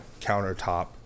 countertop